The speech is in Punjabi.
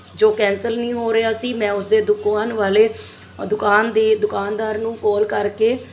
ਜੋ ਕੈਂਸਲ ਨਹੀਂ ਹੋ ਰਿਹਾ ਸੀ ਮੈਂ ਉਸਦੇ ਦੁਕਾਨ ਵਾਲੇ ਦੁਕਾਨ ਦੇ ਦੁਕਾਨਦਾਰ ਨੂੰ ਕੌਲ ਕਰਕੇ